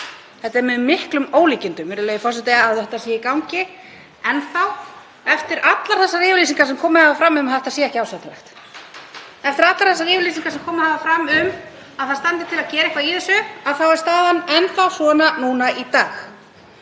Það er með miklum ólíkindum, virðulegi forseti, að þetta sé enn í gangi eftir allar þær yfirlýsingar sem komið hafa fram um að þetta sé ekki ásættanlegt. Eftir allar þær yfirlýsingar sem komið hafa fram um að það standi til að gera eitthvað í þessu þá er staðan enn svona í dag.